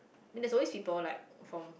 I mean there's always people like from